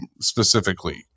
specifically